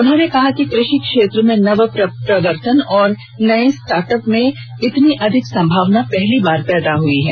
उन्होंने कहा कि कृषि क्षेत्र में नव प्रवर्तन और नये स्टार्टअप में इतनी अधिक संभावना पहली बार पैदा हई है